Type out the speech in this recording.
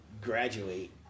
graduate